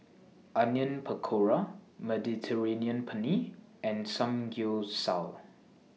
Onion Pakora Mediterranean Penne and Samgyeopsal